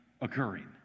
occurring